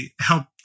help